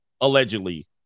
allegedly